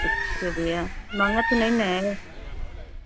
अच्छा भैया महँगा तो नहीं ना है